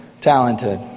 talented